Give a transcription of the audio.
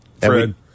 Fred